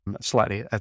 slightly